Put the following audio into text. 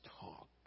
talk